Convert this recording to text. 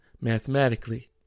mathematically